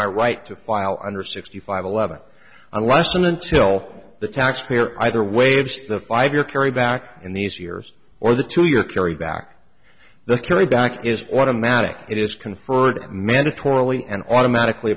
my right to file under sixty five eleven unless and until the taxpayer either waived the five year carry back in these years or the two year carry back the carry back is automatic it is conferred mandatorily and automatically